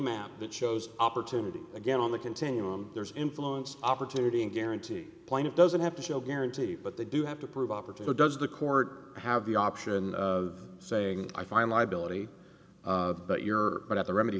map that shows opportunity again on the continuum there's influence opportunity and guarantee plan it doesn't have to shell guarantees but they do have to prove operative does the court have the option of saying i find liability but you're but at the remedy